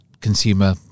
consumer